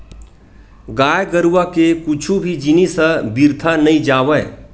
गाय गरुवा के कुछु भी जिनिस ह बिरथा नइ जावय